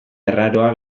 arraroa